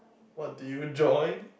what do you join